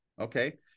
Okay